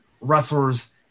wrestlers